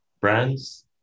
brands